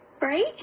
right